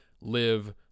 live